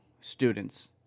students